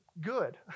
good